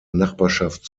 nachbarschaft